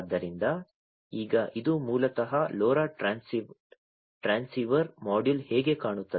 ಆದ್ದರಿಂದ ಈಗ ಇದು ಮೂಲತಃ LoRa ಟ್ರಾನ್ಸ್ಸಿವರ್ ಮಾಡ್ಯೂಲ್ ಹೇಗೆ ಕಾಣುತ್ತದೆ